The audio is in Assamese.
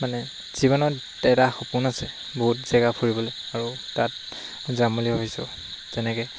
মানে জীৱনত এটা সপোন আছে বহুত জেগা ফুৰিবলৈ আৰু তাত যাম বুলি ভাবিছোঁ যেনেকৈ